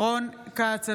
רון כץ,